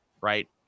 right